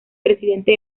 presidente